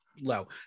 low